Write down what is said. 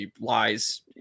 lies